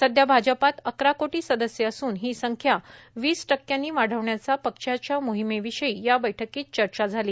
सध्या भाजपात अकरा कोटी सदस्य असून ही संख्या वीस टक्क्यांनी वाढवण्याच्या पक्षाच्या मोहिमे विषयी या बैठकीत चर्चा झाली